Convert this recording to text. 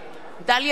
דליה איציק,